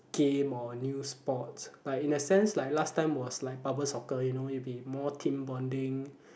game or new sport like in a sense like last time was like bubble soccer you know it'll be more team bonding